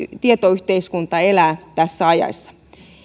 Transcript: tietoyhteiskunta elää tässä ajassa